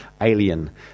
alien